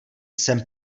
jsem